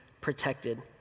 protected